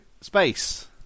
space